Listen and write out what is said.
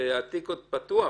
שהתיק עוד פתוח,